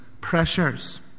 pressures